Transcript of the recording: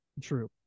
True